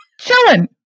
chilling